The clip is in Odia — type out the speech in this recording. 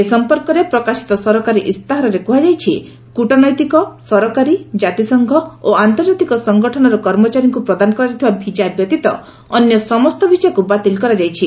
ଏ ସମ୍ପର୍କରେ ପ୍ରକାଶିତ ସରକାରୀ ଇସ୍ତାହାରରେ କୁହାଯାଇଛି ଯେ କୂଟନୈତିକ ସରକାରୀ ଜାତିସଂଘ ଓ ଆନ୍ତର୍ଜାତିକ ସଂଗଠନର କର୍ମଚାରୀଙ୍କୁ ପ୍ରଦାନ କରାଯାଇଥିବା ଭିଜା ବ୍ୟତୀତ ଅନ୍ୟ ସମସ୍ତ ଭିଜାକୁ ବାତିଲ କରାଯାଇଛି